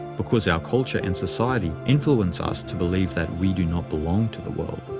because our culture and society influence us to believe that we do not belong to the world.